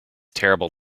terrible